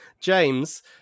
james